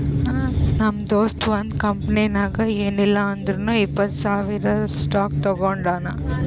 ನಮ್ ದೋಸ್ತ ಒಂದ್ ಕಂಪನಿನಾಗ್ ಏನಿಲ್ಲಾ ಅಂದುರ್ನು ಇಪ್ಪತ್ತ್ ಸಾವಿರ್ ಸ್ಟಾಕ್ ತೊಗೊಂಡಾನ